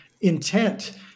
intent